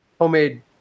Homemade